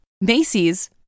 Macy's